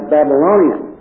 Babylonian